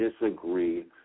disagree